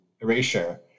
erasure